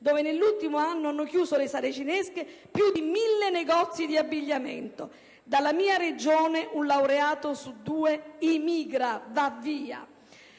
dove nell'ultimo anno hanno chiuso le saracinesche più di 1.000 negozi di abbigliamento, dove un laureato su due emigra, va via.